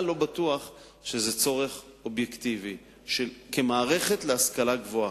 שזה צורך אובייקטיבי של מערכת ההשכלה גבוהה.